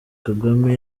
kagame